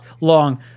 long